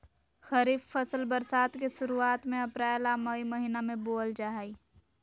खरीफ फसल बरसात के शुरुआत में अप्रैल आ मई महीना में बोअल जा हइ